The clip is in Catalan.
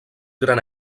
gran